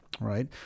Right